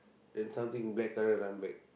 then something black colour run back